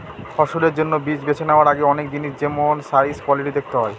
ফসলের জন্য বীজ বেছে নেওয়ার আগে অনেক জিনিস যেমল সাইজ, কোয়ালিটি দেখতে হয়